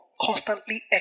constantly